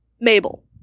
mabel